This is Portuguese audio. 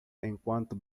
enquanto